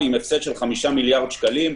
ועד הפסד של 5 מיליארד שקלים.